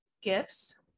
gifts